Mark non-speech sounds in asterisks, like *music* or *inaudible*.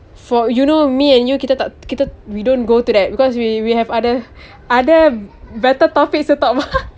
for you know me and you kita tak kita we don't go to that because we we have other other better topics to talk about *laughs*